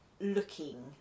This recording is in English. looking